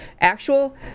actual